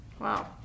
Wow